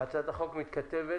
הצעת החוק מתכתבת